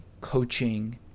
coaching